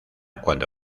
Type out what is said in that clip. cuando